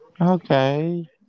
Okay